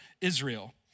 Israel